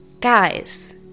guys